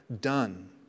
done